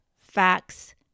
facts